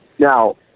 Now